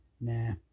Nah